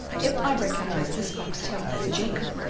if i recognise this boxtel as jacob,